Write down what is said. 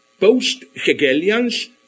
post-Hegelians